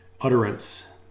utterance